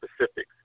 specifics